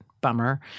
bummer